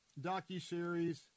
docuseries